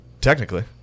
Technically